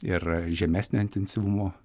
ir žemesnio intensyvumo